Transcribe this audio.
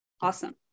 Awesome